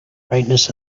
brightness